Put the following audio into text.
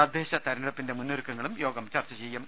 തദ്ദേശ തെരഞ്ഞെടുപ്പിന്റെ മുന്നൊരുക്കങ്ങൾ യോഗം ചർച്ച ചെയ്യും